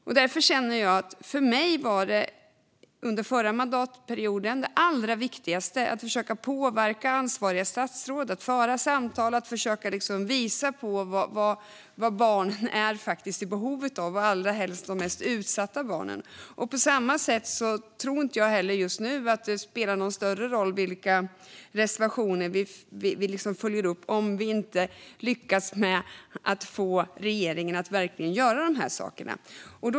För mig var därför det allra viktigaste under förra mandatperioden att försöka påverka ansvariga statsråd att föra samtal och att försöka visa på vad barn är i behov av - allra helst de mest utsatta barnen. På samma sätt tror jag just nu inte att det spelar någon större roll vilka reservationer vi följer upp om vi inte lyckas få regeringen att verkligen göra de här sakerna.